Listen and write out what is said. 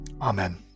Amen